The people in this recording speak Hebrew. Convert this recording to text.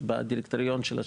בדירקטוריון שלה,